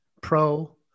pro